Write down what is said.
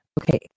okay